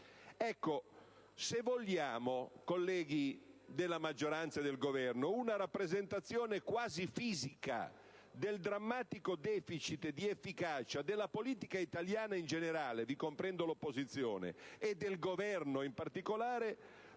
grandi reti. Colleghi della maggioranza e del Governo, se vogliamo una rappresentazione quasi fisica del drammatico *deficit* di efficacia della politica italiana in generale (vi comprendo l'opposizione), e del Governo in particolare,